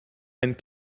and